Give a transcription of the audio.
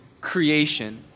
creation